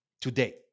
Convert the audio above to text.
today